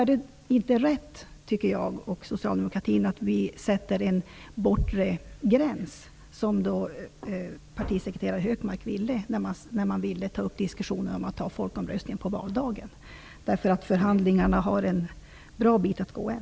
Jag och socialdemokratin menar då att det inte är rätt att sätta en bortre gräns för folkomröstningen, vilket partisekreterare Hökmark hävdade i samband med diskussionen om att ha folkomröstningen på valdagen. Vi menar att förhandlingarna har en bra bit att gå än.